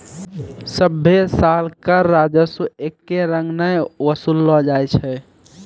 सभ्भे साल कर राजस्व एक्के रंग नै वसूललो जाय छै